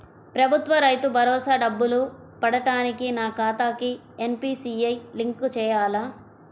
ప్రభుత్వ రైతు భరోసా డబ్బులు పడటానికి నా ఖాతాకి ఎన్.పీ.సి.ఐ లింక్ చేయాలా?